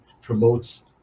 promotes